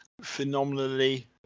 phenomenally